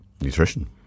Nutrition